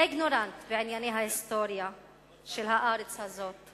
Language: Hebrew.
איגנורנט בענייני ההיסטוריה של הארץ הזאת.